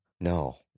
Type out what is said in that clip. No